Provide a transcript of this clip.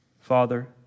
Father